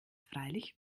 freilich